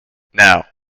now